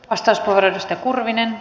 rouva puhemies